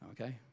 okay